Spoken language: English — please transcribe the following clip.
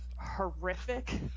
horrific